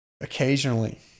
occasionally